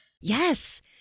Yes